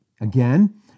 again